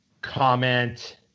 comment